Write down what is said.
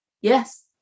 Yes